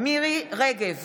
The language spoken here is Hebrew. מירי מרים רגב,